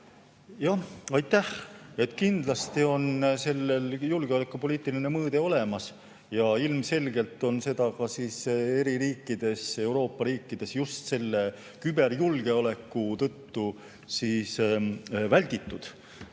Aitäh! Kindlasti on sellel julgeolekupoliitiline mõõde olemas ja ilmselgelt on ka eri riikides, Euroopa riikides just küberjulgeoleku tõttu välditud